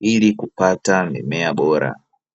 ili kupata mimea bora.